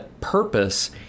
purpose